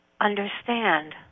understand